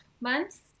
months